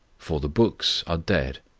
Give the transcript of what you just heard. for the books are dead.